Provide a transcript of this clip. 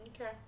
Okay